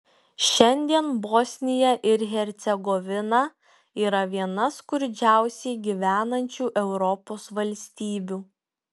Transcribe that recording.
šiandien bosnija ir hercegovina yra viena skurdžiausiai gyvenančių europos valstybių